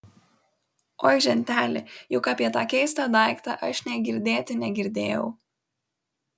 oi ženteli juk apie tą keistą daiktą aš nė girdėti negirdėjau